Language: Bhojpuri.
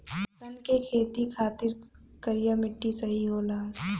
सन के खेती खातिर करिया मिट्टी सही होला